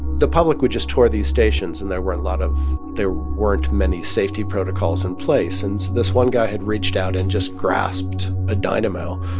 the public would just tour these stations, and there were a lot of there weren't many safety protocols in place. and so this one guy had reached out and just grasped a dynamo,